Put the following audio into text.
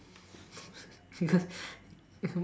because